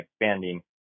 expanding